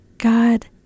God